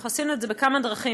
אנחנו עשינו את זה בכמה דרכים,